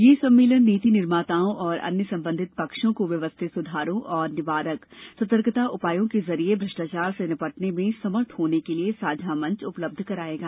यह सम्मेलन नीति निर्माताओं और अन्य संबंधित पक्षों को व्यवस्थित सुधारों और निवारक सतर्कता उपायों के जरिये भ्रष्टाचार से निपटने में समर्थ होने के लिए साझा मंच उपलब्ध कराएगा